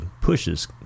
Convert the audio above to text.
pushes